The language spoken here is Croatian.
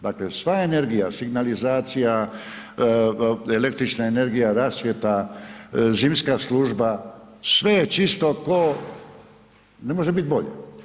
Dakle sva energija, signalizacija, električna energija, rasvjeta, zimska služba, sve čisto ko, ne može biti bolje.